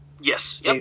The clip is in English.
Yes